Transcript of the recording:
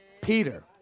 Peter